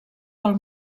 pel